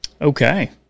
Okay